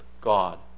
God